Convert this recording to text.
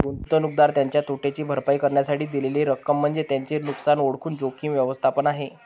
गुंतवणूकदार त्याच्या तोट्याची भरपाई करण्यासाठी दिलेली रक्कम म्हणजे त्याचे नुकसान ओळखून जोखीम व्यवस्थापन आहे